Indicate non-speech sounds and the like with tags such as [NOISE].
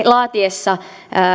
[UNINTELLIGIBLE] laadittaessa